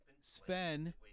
Sven